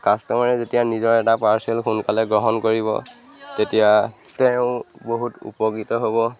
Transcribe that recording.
কাষ্টমাৰে যেতিয়া নিজৰ এটা পাৰ্চেল সোনকালে গ্ৰহণ কৰিব তেতিয়া তেওঁ বহুত উপকৃত হ'ব